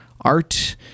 art